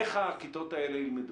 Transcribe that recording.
איך הכיתות האלה ילמדו?